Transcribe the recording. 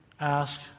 ask